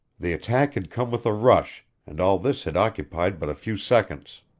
the attack had come with a rush, and all this had occupied but a few seconds.